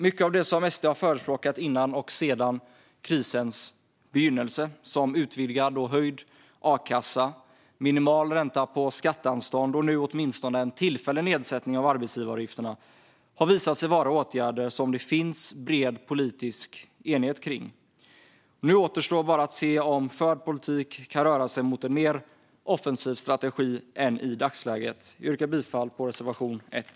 Mycket av det som SD förespråkat före och efter krisens begynnelse, såsom utvidgad och höjd a-kassa, minimal ränta på skatteanstånd och åtminstone en tillfällig nedsättning av arbetsgivaravgifterna, har visat sig vara åtgärder som det finns bred politisk enighet kring. Nu återstår bara att se om förd politik kan röra sig mot en mer offensiv strategi än i dagsläget. Jag yrkar bifall till reservation 1.